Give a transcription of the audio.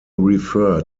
refer